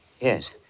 Yes